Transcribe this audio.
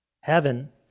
Heaven